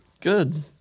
Good